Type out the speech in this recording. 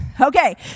Okay